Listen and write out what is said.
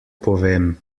povem